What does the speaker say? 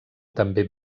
també